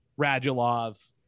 radulov